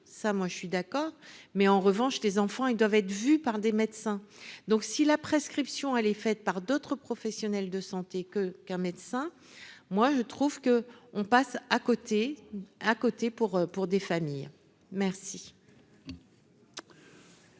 ça, moi je suis d'accord, mais en revanche, les enfants, ils doivent être vus par des médecins, donc si la prescription, elle est faite par d'autres professionnels de santé que qu'un médecin, moi je trouve que, on passe à côté à côté pour pour des familles, merci.